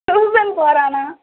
tuition போகிறானா